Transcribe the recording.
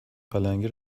پلنگی